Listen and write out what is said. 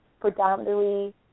predominantly